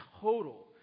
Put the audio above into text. total